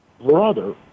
brother